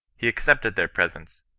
he accepted their presents,